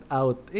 out